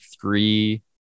three